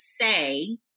say